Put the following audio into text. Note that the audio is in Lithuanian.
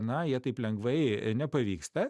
na jie taip lengvai nepavyksta